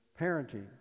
parenting